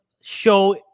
Show